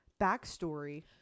backstory